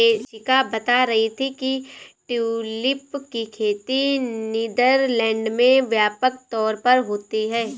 मेरी शिक्षिका बता रही थी कि ट्यूलिप की खेती नीदरलैंड में व्यापक तौर पर होती है